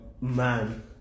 man